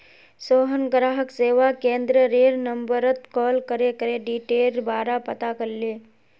सोहन ग्राहक सेवा केंद्ररेर नंबरत कॉल करे क्रेडिटेर बारा पता करले